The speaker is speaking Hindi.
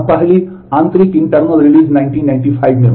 हालिया रिलीज इस साल हुई